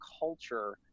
culture